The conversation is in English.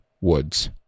Woods